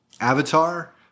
Avatar